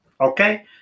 Okay